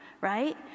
right